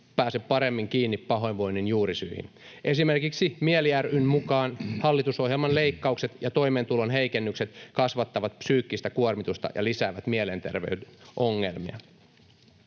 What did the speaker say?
pääse paremmin kiinni pahoinvoinnin juurisyihin. Esimerkiksi MIELI ry:n mukaan hallitusohjelman leikkaukset ja toimeentulon heikennykset kasvattavat psyykkistä kuormitusta ja lisäävät mielenterveyden ongelmia.